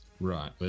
Right